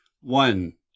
One